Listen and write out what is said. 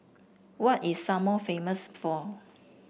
what is Samoa famous for